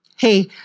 hey